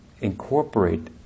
incorporate